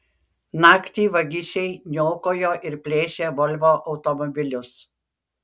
naktį vagišiai niokojo ir plėšė volvo automobilius